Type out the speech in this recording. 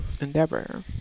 endeavor